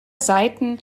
seiten